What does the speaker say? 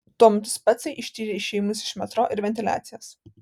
tuo metu specai ištyrė išėjimus iš metro ir ventiliacijas